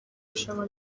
rushanwa